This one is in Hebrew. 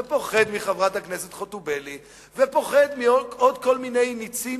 פוחד מחברת הכנסת חוטובלי ופוחד מעוד כל מיני נצים,